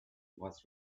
was